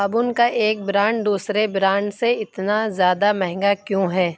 ابن کا ایک برانڈ دوسرے برانڈ سے اتنا زیادہ مہنگا کیوں ہے